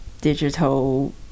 digital